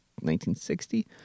1960